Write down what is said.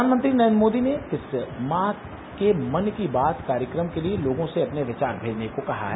प्रधानमंत्री नरेन्द्र मोदी ने इस माह के मन की बात कार्यक्रम के लिए लोगों से अपने विचार भेजने को कहा है